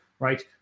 right